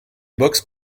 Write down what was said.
box